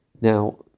Now